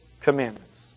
commandments